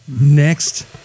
next